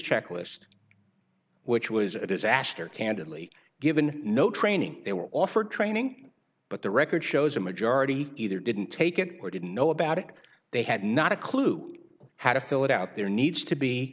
checklist which was a disaster candidly given no training they were offered training but the record shows a majority either didn't take it or didn't know about it they had not a clue how to fill it out there needs to be